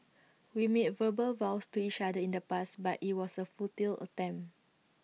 we made verbal vows to each other in the past but IT was A futile attempt